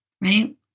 right